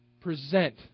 present